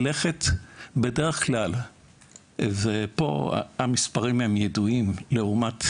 והמספרים פה ידועים לעומת